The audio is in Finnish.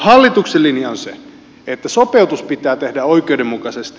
hallituksen linja on se että sopeutus pitää tehdä oikeudenmukaisesti